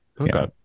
Okay